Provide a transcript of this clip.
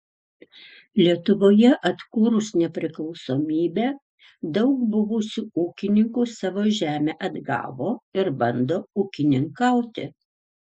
lietuvoje atkūrus nepriklausomybę daug buvusių ūkininkų savo žemę atgavo ir bando ūkininkauti